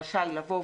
רשאי לבוא,